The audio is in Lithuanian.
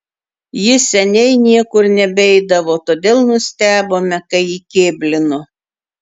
jis seniai niekur nebeidavo todėl nustebome kai įkėblino